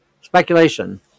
Speculation